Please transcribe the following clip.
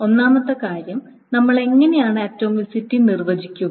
ഒന്നാമത്തെ കാര്യം നമ്മൾ എങ്ങനെയാണ് ആറ്റമിസിറ്റി നിർവ്വചിക്കുക